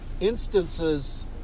instances